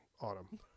autumn